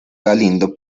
galindo